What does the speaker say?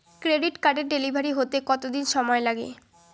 Credit কার্ডের delivery হতে কতদিন সময় লাগে?